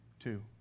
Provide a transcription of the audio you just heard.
two